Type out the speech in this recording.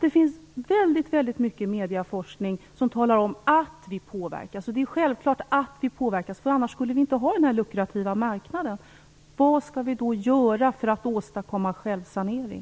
Det finns väldigt mycket medieforskning som visar att vi påverkas. Det är självklart att vi påverkas, därför att annars skulle inte denna lukrativa marknad finnas. Vad skall vi då göra för att åstadkomma självsanering?